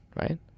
right